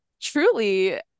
truly